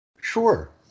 Sure